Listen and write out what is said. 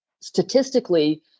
statistically